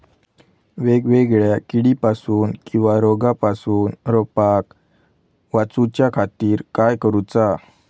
वेगवेगल्या किडीपासून किवा रोगापासून रोपाक वाचउच्या खातीर काय करूचा?